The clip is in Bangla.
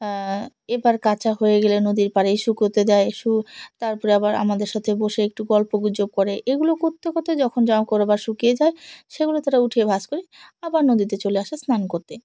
আহ এবার কাচা হয়ে গেলে নদীর পাড়ে শুকোতে যায় শু তারপরে আবার আমাদের সাথে বসে একটু গল্প গুজব করে এগুলো করতে করতে যখন জামা কাপড় শুকিয়ে যায় সেগুলো তারা উঠিয়ে ভাঁজ করে আবার নদীতে চলে আসে স্নান করতে